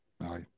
Aye